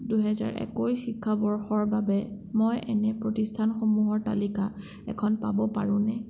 দুই হাজাৰ একৈছ শিক্ষাবৰ্ষৰ বাবে মই এনে প্ৰতিষ্ঠানসমূহৰ তালিকা এখন পাব পাৰোঁনে